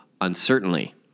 uncertainly